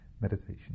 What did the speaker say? meditation